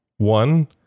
One